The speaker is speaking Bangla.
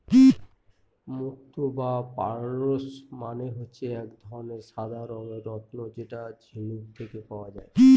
মুক্ত বা পার্লস মানে হচ্ছে এক ধরনের সাদা রঙের রত্ন যেটা ঝিনুক থেকে পায়